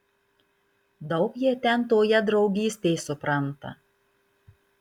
daug jie ten toje draugystėj supranta